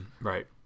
Right